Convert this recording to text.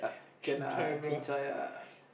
can ah chincai ah